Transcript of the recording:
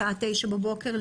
בשעה 9:00 בבוקר,